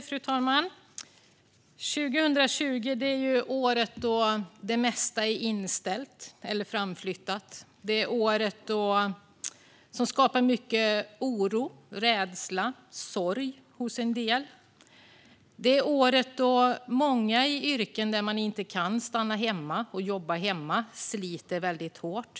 Fru talman! 2020 är året då det mesta är inställt eller framflyttat. Det är året som skapar mycket oro, rädsla och även sorg hos en del. Det är året då många i yrken där man inte kan jobba hemifrån sliter väldigt hårt.